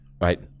right